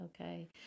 Okay